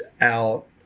out